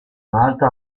malta